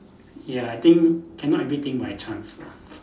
ya I think cannot everything by chance lah